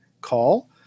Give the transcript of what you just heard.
call